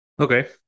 Okay